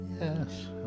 Yes